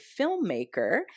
filmmaker